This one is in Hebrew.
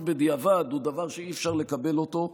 בדיעבד הוא דבר שאי-אפשר לקבל אותו,